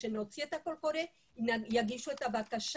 הכול בתנאי שכשנוציא את הקול קורא הם יגישו את הבקשה.